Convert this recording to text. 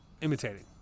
imitating